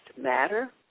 matter